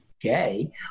gay